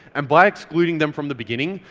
and by excluding them from the beginning,